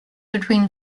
between